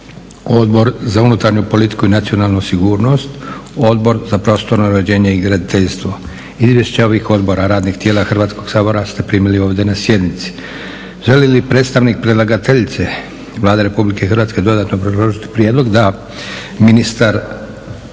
Odbor za unutarnju politiku i nacionalnu sigurnost, Odbor za prostorno uređenje i graditeljstvo. Izvješća ovih odbora radnih tijela Hrvatskog sabora ste primili ovdje na sjednici. Želi li predstavnik predlagateljice Vlade RH dodatno obrazložiti prijedlog? Da. Ministar i